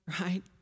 right